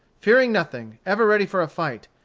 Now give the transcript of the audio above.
fearing nothing, ever ready for a fight,